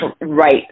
right